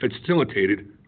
facilitated